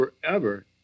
forever